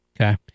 Okay